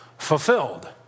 fulfilled